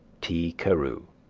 t. carew